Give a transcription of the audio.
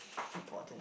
important